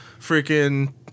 freaking